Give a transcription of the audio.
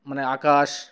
মানে আকাশ